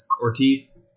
Ortiz